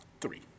three